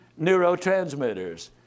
neurotransmitters